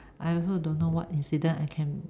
I also don't know what incident I can